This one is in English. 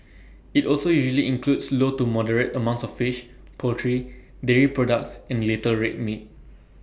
IT also usually includes low to moderate amounts of fish poultry dairy products and little red meat